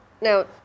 Now